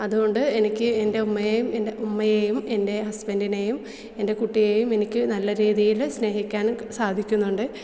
അത്കൊണ്ട് എനിക്ക് എൻ്റെ ഉമ്മയേയും എൻ്റെ ഉമ്മയെയും എൻ്റെ ഹസ്ബെൻ്റിനെയും എൻ്റെ കുട്ടിയേയും എനിക്ക് നല്ല രീതിയിൽ സ്നേഹിക്കാനും സാധിക്കുന്നുണ്ട്